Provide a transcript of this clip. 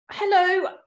Hello